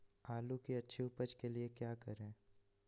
आलू की अच्छी उपज के लिए क्या करें?